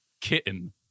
kitten